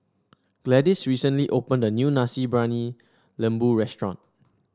Gladis recently opened a new Nasi Briyani Lembu restaurant